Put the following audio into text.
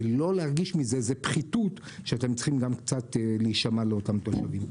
ולא להרגיש מזה איזו פחיתות שאתם צריכים גם קצת להישמע לאותם תושבים.